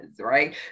right